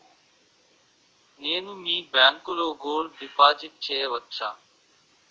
నేను మీ బ్యాంకులో గోల్డ్ డిపాజిట్ చేయవచ్చా?